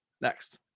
next